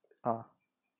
ah